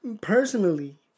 personally